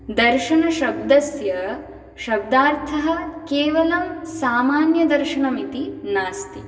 दर्शनशब्दस्य शब्दार्थः केवलं सामान्यदर्शनम् इति नास्ति